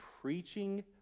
preaching